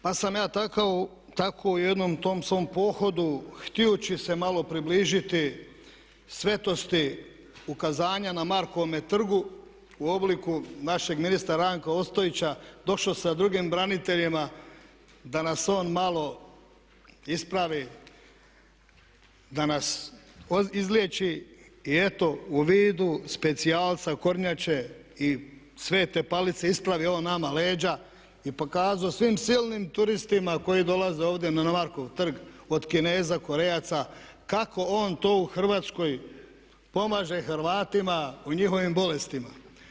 Pa sam ja tako u jednom tom svom pohodu htijući se malo približiti svetosti ukazanja na Markovome trgu u obliku našeg ministra Ranka Ostojića došao sa drugim braniteljima da nas on malo ispravi, da nas izlijeći i eto u vidu specijalca, kornjače i svete palice ispravio on nama leđa i pokazao svim silnim turistima koji dolaze ovdje na Markov trg od Kineza, Korejaca kako on to u Hrvatskoj pomaže Hrvatima u njihovim bolestima.